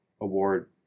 award